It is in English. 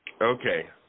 Okay